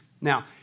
Now